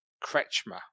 Kretschmer